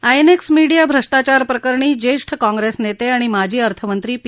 INX media भ्रष्ट्राचार प्रकरणी ज्येष्ठ काँग्रेस नेते आणि माजी अर्थमंत्री पी